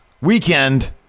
Weekend